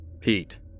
Pete